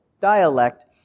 dialect